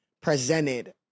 presented